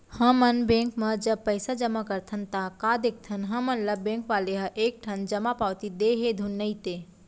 हमन ह बेंक म जब पइसा जमा करथन ता का देखथन हमन ल बेंक वाले ह एक ठन जमा पावती दे हे धुन नइ ते